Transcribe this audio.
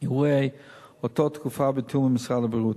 אירועי אותה תקופה ובתיאום עם משרד הבריאות.